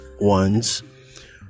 ones